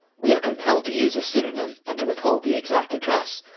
we are compelled to use a pseudomm and to withhold the exact address,